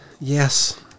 yes